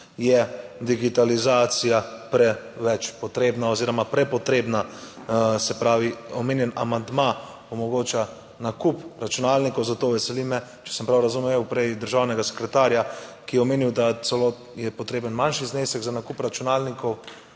je digitalizacija preveč potrebna oziroma prepotrebna, se pravi omenjeni amandma omogoča nakup računalnikov, zato veseli me, če sem prav razumel prej državnega sekretarja, ki je omenil, da celo je potreben manjši znesek za nakup računalnikov,